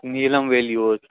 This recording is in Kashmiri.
نیلَم ویلی اوس